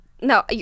No